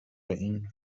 این